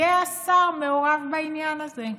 יהיה השר מעורב בעניין הזה.